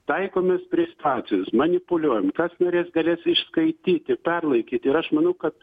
taikomės prie situacijos manipuliuojam kas norės galės išskaityti perlaikyti ir aš manau kad